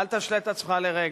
אל תשלה את עצמך לרגע.